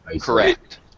correct